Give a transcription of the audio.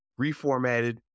reformatted